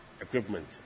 equipment